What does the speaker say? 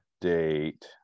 date